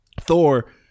Thor